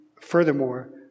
furthermore